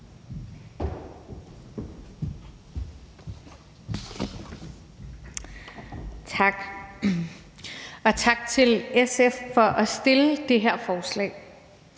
Tak. Og tak til SF for at fremsætte det her forslag.